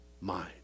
mind